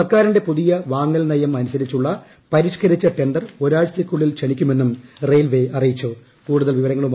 സർക്കാറിന്റെ പുതിയ വാങ്ങൽ നയം അനുസരിച്ചുളള പരിഷ്കരിച്ച ടെണ്ടർ ഒരാഴ്ചയ്ക്കുള്ളിൽ ക്ഷണിക്കുമെന്നും റെയിൽവേ അറിയിച്ചു